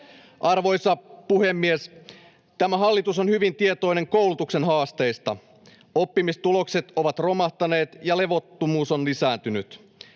Arvoisa puhemies! Tämä hallitus on hyvin tietoinen koulutuksen haasteista. Oppimistulokset ovat romahtaneet, ja levottomuus on lisääntynyt.